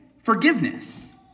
forgiveness